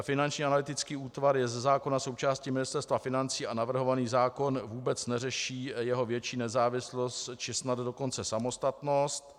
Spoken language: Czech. Finanční analytický útvar je ze zákona součástí Ministerstva financí a navrhovaný zákon vůbec neřeší jeho větší nezávislost, či snad dokonce samostatnost.